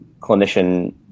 clinician